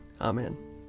Amen